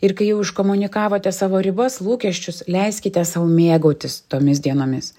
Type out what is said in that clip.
ir kai jau iškomunikavote savo ribas lūkesčius leiskite sau mėgautis tomis dienomis